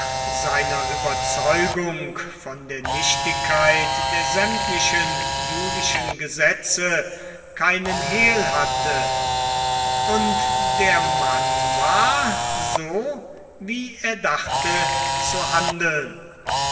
seiner überzeugung von der nichtigkeit der sämtlichen julischen gesetze keinen hehl hatte und der mann war so wie er dachte zu handeln